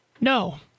No